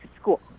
school